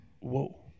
Whoa